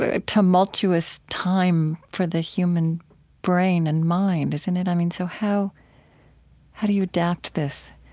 a tumultuous time for the human brain and mind, isn't it? i mean, so, how how do you adapt this?